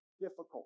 difficult